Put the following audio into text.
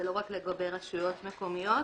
ולא רק לגבי רשויות מקומיות.